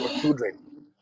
children